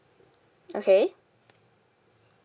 okay